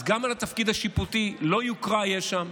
אז גם בתפקיד השיפוטי, לא יוקרה יש שם,